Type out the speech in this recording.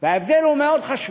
וההבדל הוא מאוד חשוב,